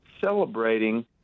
celebrating